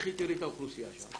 לכי תראי את האוכלוסייה שם.